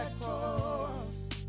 cross